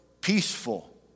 peaceful